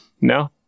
no